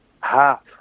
half